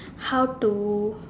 how to